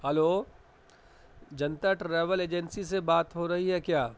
hello Janta travel agency سے بات ہو رہی ہے کیا